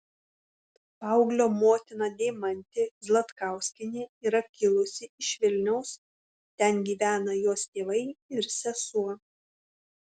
paauglio motina deimantė zlatkauskienė yra kilusi iš vilniaus ten gyvena jos tėvai ir sesuo